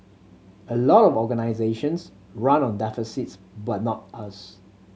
a lot of organisations run on deficits but not us